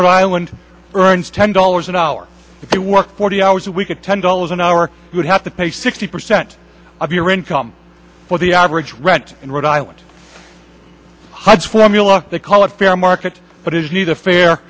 the island earns ten dollars an hour if you work forty hours a week at ten dollars an hour you would have to pay sixty percent of your income for the average rent in rhode island hundreds formula they call it fair market but it is neither fair